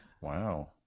Wow